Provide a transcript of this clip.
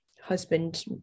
husband